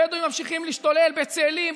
הבדואים ממשיכים להשתולל בצאלים,